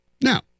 Now